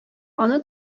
аны